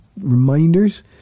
reminders